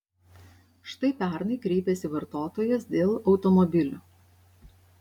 štai pernai kreipėsi vartotojas dėl automobilio